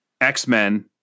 X-Men